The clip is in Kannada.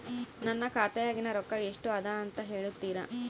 ನನ್ನ ಖಾತೆಯಾಗಿನ ರೊಕ್ಕ ಎಷ್ಟು ಅದಾ ಅಂತಾ ಹೇಳುತ್ತೇರಾ?